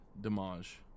damage